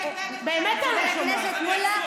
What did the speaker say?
חבר הכנסת אופיר כץ,